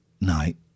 night